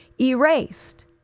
erased